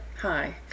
Hi